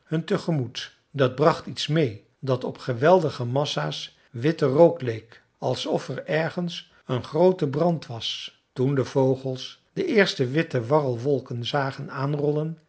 hun tegemoet dat bracht iets meê dat op geweldige massa's witte rook leek alsof er ergens een groote brand was toen de vogels de eerste witte warrelwolken zagen aanrollen